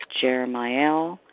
Jeremiah